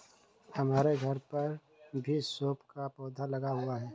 हमारे घर पर भी सौंफ का पौधा लगा हुआ है